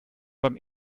beim